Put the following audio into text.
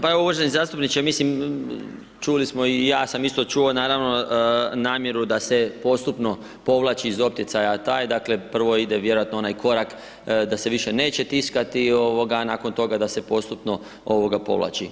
Pa evo, uvaženi zastupniče, mislim, čuli smo i ja sam isto čuo, naravno namjeru da se postupno povlači iz opticaja taj, dakle, prvo ide vjerojatno onaj korak da se više neće tiskati, nakon toga da se postupno povlači.